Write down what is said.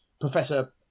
professor